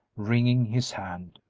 wringing his hand.